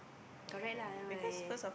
correct lah that one I